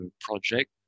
project